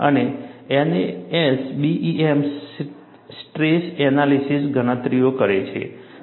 અને NASBEM stress analysis ગણતરીઓ કરે છે